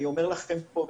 אני אומר לכם פה,